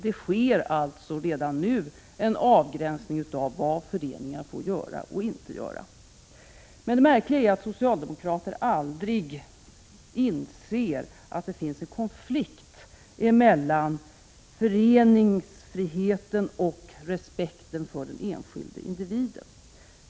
Det finns alltså redan nu en avgränsning när det gäller vad föreningar får göra och inte göra. Men det märkliga är att socialdemokrater aldrig inser att det finns en konflikt mellan föreningsfriheten och respekten för den enskilde individen.